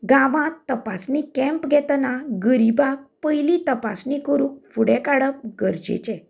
गांवांत तपासणी केम्प घेतना गरीबाक पयली तपासणी करूंक फुडें काडप गरजेचें